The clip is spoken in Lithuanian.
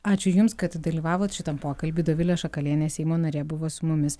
ačiū jums kad dalyvavot šitam pokalby dovilė šakalienė seimo narė buvo su mumis